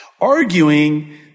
arguing